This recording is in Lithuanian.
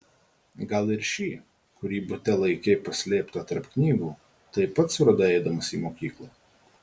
gal ir šį kurį bute laikei paslėptą tarp knygų taip pat suradai eidamas į mokyklą